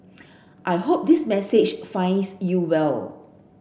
I hope this message finds you well